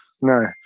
no